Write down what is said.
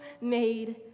made